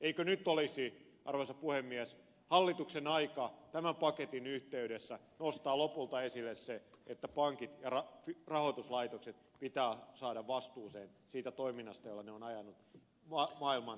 eikö nyt olisi arvoisa puhemies hallituksen aika tämän paketin yhteydessä nostaa lopulta esiin se että pankit ja rahoituslaitokset pitää saada vastuuseen siitä toiminnasta jolla ne ovat ajaneet maailman finanssikriisiin